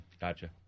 Gotcha